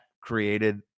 created